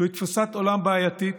זוהי תפיסת עולם בעייתית